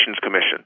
Commission